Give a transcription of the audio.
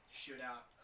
shootout